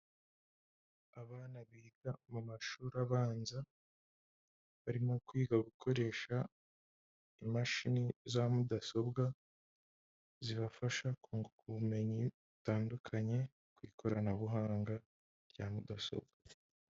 Abana biga mu mashuri abanza, barimo kwiga gukoresha imashini za mudasobwa, zibafasha kunguka ubumenyi butandukanye ku ikoranabuhanga rya mudasobwa.